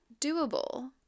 doable